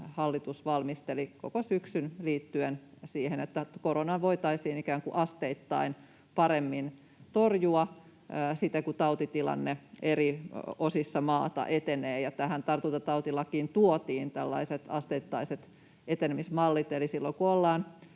hallitus valmisteli koko syksyn liittyen siihen, että koronaa voitaisiin ikään kuin asteittain paremmin torjua sitten, kun tautitilanne eri osissa maata etenee. Ja tähän tartuntatautilakiin tuotiin tällaiset asteittaiset etenemismallit, eli silloin kun ollaan